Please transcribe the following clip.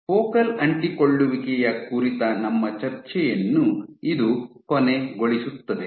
focal ಅಂಟಿಕೊಳ್ಳುವಿಕೆಯ ಕುರಿತ ನಮ್ಮ ಚರ್ಚೆಯನ್ನು ಇದು ಕೊನೆಗೊಳಿಸುತ್ತದೆ